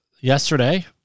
yesterday